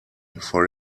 for